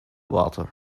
water